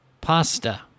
pasta